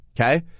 Okay